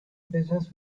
business